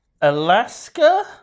Alaska